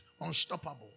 unstoppable